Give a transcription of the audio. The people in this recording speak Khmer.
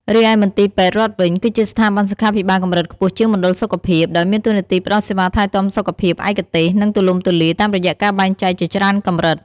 រីឯមន្ទីរពេទ្យរដ្ឋវិញ គឺជាស្ថាប័នសុខាភិបាលកម្រិតខ្ពស់ជាងមណ្ឌលសុខភាព ដោយមានតួនាទីផ្តល់សេវាថែទាំសុខភាពឯកទេស និងទូលំទូលាយ តាមរយៈការបែងចែកជាច្រើនកម្រិត។